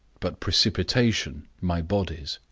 but precipitation my body's.